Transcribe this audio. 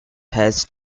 has